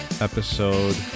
Episode